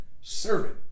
servant